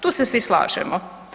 Tu se svi slažemo.